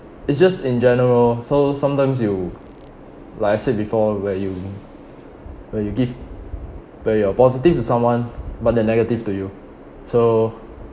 it's just in general so sometimes you like I said before where you where you give when you're positive to someone but they're negative to you so